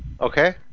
Okay